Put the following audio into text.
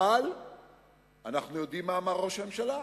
אבל אנחנו יודעים מה אמר ראש הממשלה,